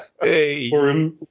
Hey